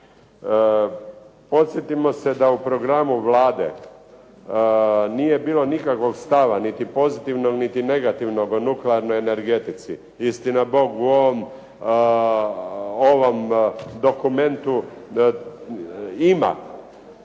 Podsjetimo se da u programu Vlade nije bilo nikakvog stava niti pozitivnog niti negativnog o nuklearnoj energetici. Istina Bog u ovom dokumentu ima